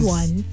one